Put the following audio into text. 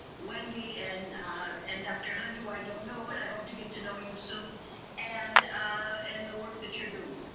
wendy and and dr. hondu, i don't know, but i hope to get to know you soon and and the work that you're doing.